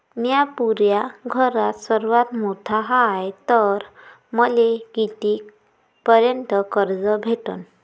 म्या पुऱ्या घरात सर्वांत मोठा हाय तर मले किती पर्यंत कर्ज भेटन?